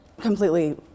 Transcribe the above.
completely